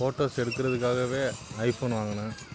photos எடுக்கறதுக்காகவே iPhone வாங்குனேன்